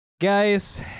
guys